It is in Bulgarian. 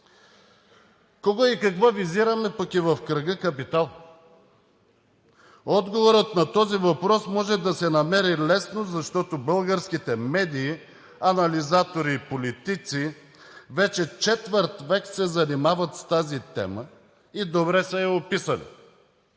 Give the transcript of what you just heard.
Кого и какво визираме в кръга „Капитал“? Отговорът на този въпрос може да се намери лесно, защото българските медии, анализатори и политици вече четвърт век се занимават с тази тема и добре са я описали.